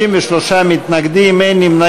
48, נגד, 53, אין נמנעים.